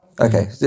Okay